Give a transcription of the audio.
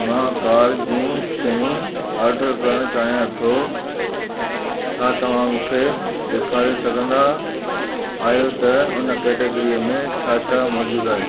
मां कार जूं शयूं आर्डर करण चाहियां थो छा तव्हां मूंखे ॾेखारे सघंदा आहियो त उन कैटेगिरीअ में छा छा मौजूदु आहे